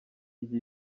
iki